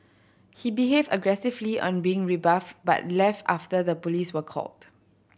he behaved aggressively on being rebuffed but left after the police were called